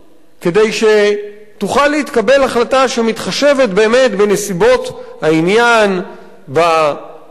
כדי שתוכל להתקבל החלטה שמתחשבת באמת בנסיבות העניין בתנאים,